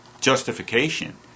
justification